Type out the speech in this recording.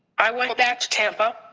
i went back to tampa.